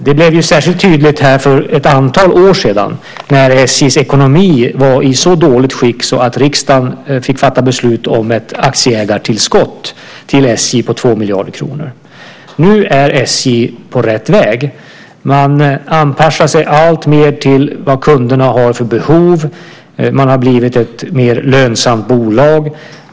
Det blev särskilt tydligt här för ett antal år sedan då SJ:s ekonomi var i så dåligt skick att riksdagen fick fatta beslut om ett aktieägartillskott till SJ på 2 miljarder kronor. Nu är SJ på rätt väg. Man anpassar sig alltmer till vad kunderna har för behov. Man har blivit ett mer lönsamt bolag.